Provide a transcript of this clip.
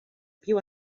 più